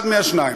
אחד מהשניים: